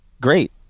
great